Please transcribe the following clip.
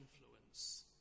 influence